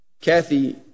Kathy